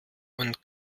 und